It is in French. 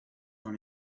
dans